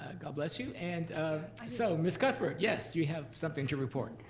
ah god bless you. and ah so, ms. cuthbert, yes, do you have something to report?